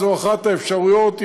הוא אחת האפשרויות,